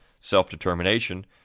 self-determination